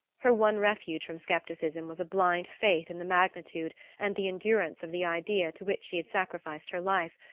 her one refuge from scepticism was a blind faith in the magnitude and the endurance of the idea to which she had sacrificed her life,